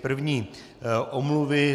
První omluvy.